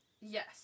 Yes